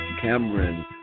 Cameron